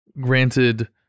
granted